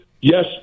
Yes